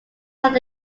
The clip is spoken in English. are